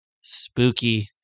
spooky